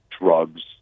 drugs